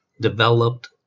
Developed